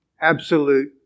absolute